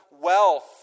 wealth